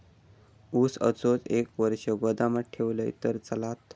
ऊस असोच एक वर्ष गोदामात ठेवलंय तर चालात?